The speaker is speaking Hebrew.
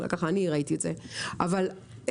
ככה אני ראיתי את זה אבל עדין,